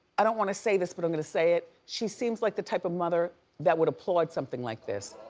i don't wanna say this, but i'm gonna say it. she seems like the type of mother that would applaud something like this.